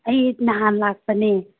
ꯑꯩ ꯅꯍꯥꯟ ꯂꯥꯛꯄꯅꯦ